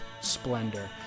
Splendor